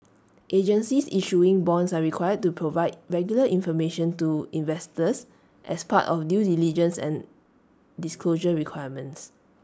agencies issuing bonds are required to provide regular information to investors as part of due diligence and disclosure requirements